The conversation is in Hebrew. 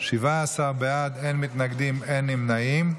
17 בעד, אין מתנגדים, אין נמנעים.